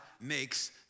makes